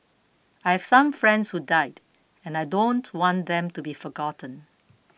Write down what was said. I have some friends who died and I don't want them to be forgotten